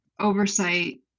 oversight